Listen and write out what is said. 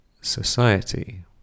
society